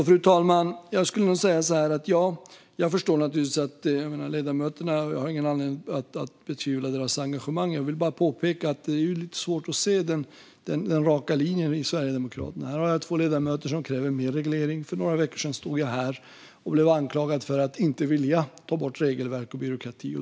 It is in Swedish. Fru talman! Jag förstår naturligtvis att jag inte har någon anledning att betvivla ledamöternas engagemang, men jag vill bara påpeka att det är lite svårt att se den raka linjen hos Sverigedemokraterna. Här finns två ledamöter som kräver mer reglering. För några veckor sedan stod jag här och blev anklagad för att inte vilja ta bort regelverk och byråkrati.